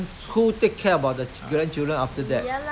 nowaday the lifespan is maybe